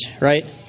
right